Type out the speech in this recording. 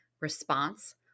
response